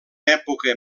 època